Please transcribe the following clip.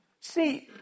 See